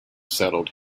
settled